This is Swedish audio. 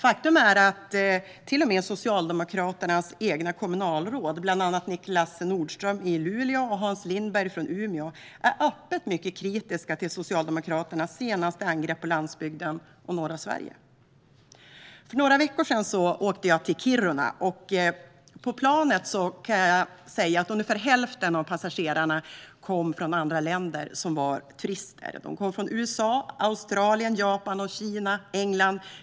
Faktum är att till och med Socialdemokraternas egna kommunalråd, bland annat Niklas Nordström i Luleå och Hans Lindberg från Umeå, är öppet mycket kritiska till Socialdemokraternas senaste angrepp på landsbygden och norra Sverige. För några veckor sedan åkte jag till Kiruna. På planet dit var ungefär hälften av passagerarna turister från USA, Australien, Japan, Kina och England.